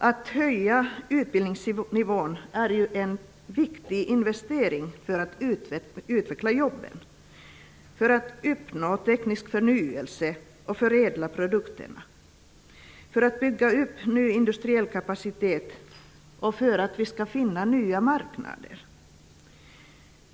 Att höja utbildningsnivån är en viktig investering för att utveckla jobben, uppnå teknisk förnyelse, förädla produkterna, bygga upp ny industriell kapacitet och finna nya marknader.